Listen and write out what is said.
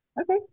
Okay